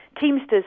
teamsters